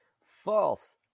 false